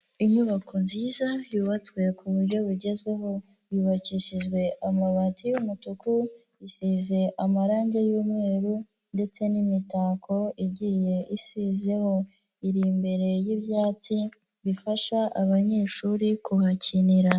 Inyubako nziza yubatswe ku buryo bugezweho, yubakishijwe amabati y'umutuku, isize amarangi y'umweru ndetse n'imitako igiye isizeho, iri imbere y'ibyatsi bifasha abanyeshuri kuhakinira.